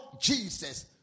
Jesus